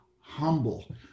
humble